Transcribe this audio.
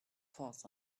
force